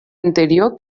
anterior